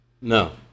No